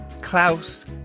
Klaus